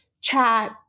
chat